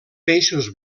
peixos